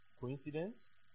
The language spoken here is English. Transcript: Coincidence